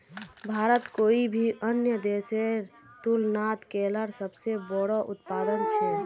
भारत कोई भी अन्य देशेर तुलनात केलार सबसे बोड़ो उत्पादक छे